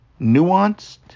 nuanced